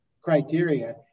criteria